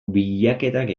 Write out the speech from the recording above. bilaketak